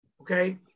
okay